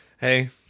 Hey